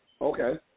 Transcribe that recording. Okay